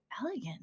elegant